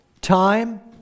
time